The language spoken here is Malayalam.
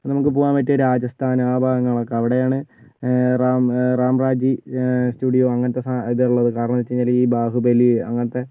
നമുക്ക് പോകാൻ പറ്റിയത് രാജസ്ഥാൻ ആ ഭാഗങ്ങളൊക്കെ അവിടെയാണ് റാം റാംറാജി സ്റ്റുഡിയോ അങ്ങനത്തെ സാ ഇതുള്ളത് കാരണമെന്ന് വെച്ചുകഴിഞ്ഞാല് ഈ ബാഹുബലി അങ്ങനെത്തെ